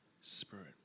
Spirit